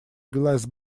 glass